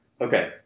Okay